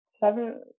seven